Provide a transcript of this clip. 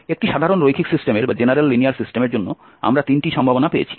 একটি সাধারণ রৈখিক সিস্টেমের জন্য আমরা তিনটি সম্ভাবনা পেয়েছি